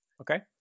Okay